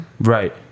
Right